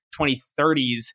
2030s